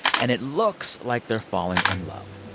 and it looks like they're falling in love